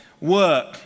work